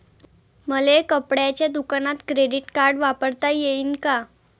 मले कपड्याच्या दुकानात क्रेडिट कार्ड वापरता येईन का?